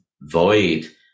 void